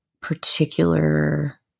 particular